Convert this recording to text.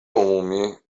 عمومی